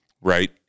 right